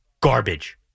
garbage